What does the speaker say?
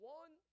one